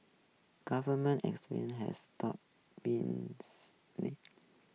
government explain has stop been